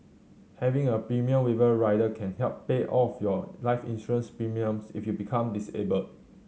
having a premium waiver rider can help pay all of your life insurance premiums if you become disabled